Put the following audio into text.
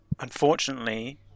Unfortunately